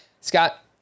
Scott